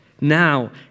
Now